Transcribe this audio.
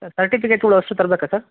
sir ಸರ್ಟಿಫಿಕೇಟ್ಗಳು ಅಷ್ಟು ತರಬೇಕಾ ಸರ್